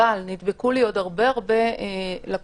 אבל נדבקו לי עוד הרבה הרבה לקוחות,